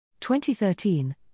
2013